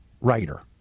writer